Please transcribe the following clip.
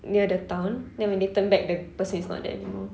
near the town then when they turn back the person is not there anymore